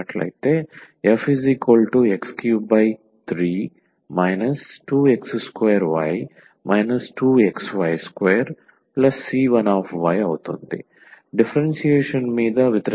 𝑥 fx33 2x2y 2xy2c1 differentiation మీద w